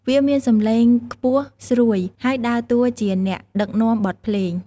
វាមានសំឡេងខ្ពស់ស្រួយ ហើយដើរតួជាអ្នកដឹកនាំបទភ្លេង។